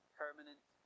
permanent